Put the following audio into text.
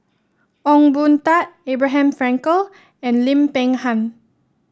Ong Boon Tat Abraham Frankel and Lim Peng Han